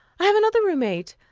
i have another roommate,